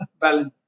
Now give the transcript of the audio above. balance